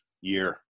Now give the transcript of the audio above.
year